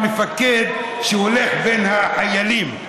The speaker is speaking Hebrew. כמו מפקד שהולך בין החיילים,